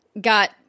got